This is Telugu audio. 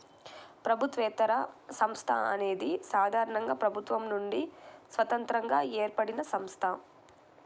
ప్రభుత్వేతర సంస్థ అనేది సాధారణంగా ప్రభుత్వం నుండి స్వతంత్రంగా ఏర్పడినసంస్థ